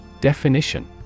Definition